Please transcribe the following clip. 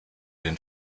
den